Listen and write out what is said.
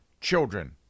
children